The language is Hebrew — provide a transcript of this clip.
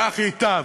כך ייטב.